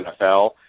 nfl